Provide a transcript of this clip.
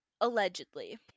allegedly